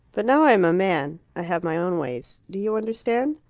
but now i am a man. i have my own ways. do you understand?